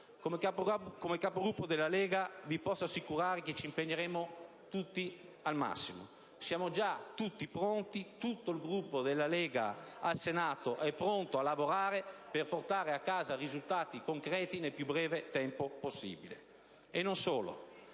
Come Capogruppo della Lega Nord, vi posso assicurare che ci impegneremo tutti al massimo, siamo già tutti pronti, tutto il Gruppo della Lega al Senato è pronto a lavorare per portare a casa risultati concreti nel più breve tempo possibile. Siamo